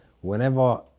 Whenever